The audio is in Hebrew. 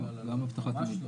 לא, לא, לא, ממש לא.